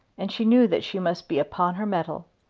and she knew that she must be upon her mettle.